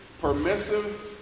permissive